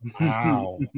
wow